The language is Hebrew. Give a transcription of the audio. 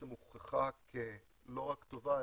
הוכחה כ-לא רק טובה,